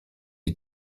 est